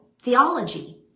theology